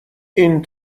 این